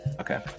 Okay